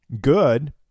good